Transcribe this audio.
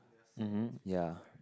mm hmm ya